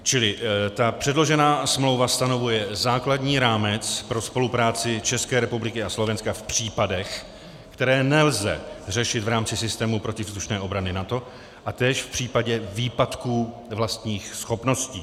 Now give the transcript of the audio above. Čili ta předložená smlouva stanovuje základní rámec pro spolupráci České republiky a Slovenska v případech, které nelze řešit v rámci systému protivzdušné obrany NATO a též v případě výpadků vlastních schopností.